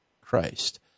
Christ